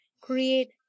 create